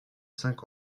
cinq